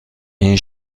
این